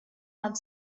have